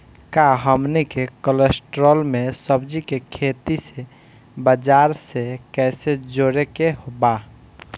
का हमनी के कलस्टर में सब्जी के खेती से बाजार से कैसे जोड़ें के बा?